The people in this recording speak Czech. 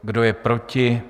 Kdo je proti?